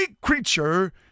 creature